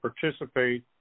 participate